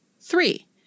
three